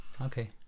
okay